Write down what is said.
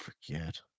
forget